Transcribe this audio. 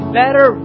better